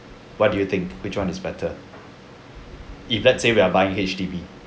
what do you think which [one] is better if let's say we are buying H_D_B